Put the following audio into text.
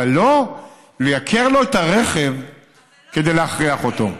אבל לא לייקר לו את הרכב כדי להכריח אותו.